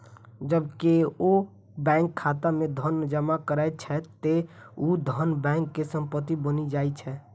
जब केओ बैंक खाता मे धन जमा करै छै, ते ऊ धन बैंक के संपत्ति बनि जाइ छै